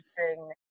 interesting